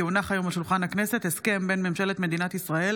כי הונח היום על שולחן הכנסת הסכם בין ממשלת מדינת ישראל